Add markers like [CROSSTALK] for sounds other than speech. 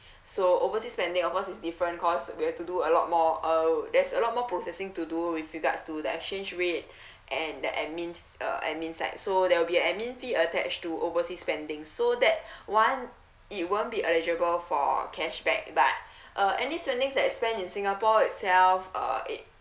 [BREATH] so oversea spending of course it's different cause we have to do a lot more oh there's a lot more processing to do with regards to that exchange rate [BREATH] and the admin uh admin side so there will admin fee attach to oversea spending so that [BREATH] one it won't be eligible for cashback but [BREATH] uh any spending that you spend in singapore itself uh it